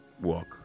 walk